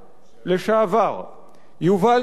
לשעבר, יובל דיסקין, ראש השב"כ לשעבר,